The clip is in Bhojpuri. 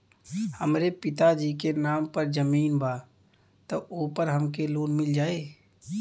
हमरे पिता जी के नाम पर जमीन बा त ओपर हमके लोन मिल जाई?